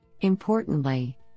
Importantly